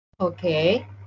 Okay